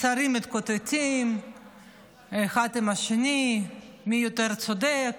השרים מתקוטטים אחד עם השני מי יותר צודק,